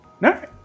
No